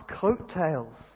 coattails